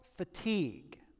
fatigue